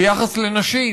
ביחס לנשים,